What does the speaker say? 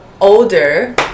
older